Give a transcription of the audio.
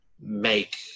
make